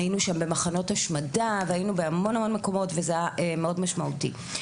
הינו שם במחנות השמדה והיינו בהמון המון מקומות וזה היה מאוד משמעותי.